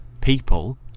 people